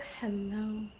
Hello